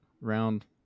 round